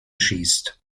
schießt